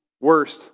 worst